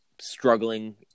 struggling